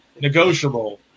Negotiable